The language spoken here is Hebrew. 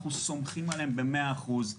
אנחנו סומכים עליהם במאה אחוז,